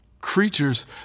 Creatures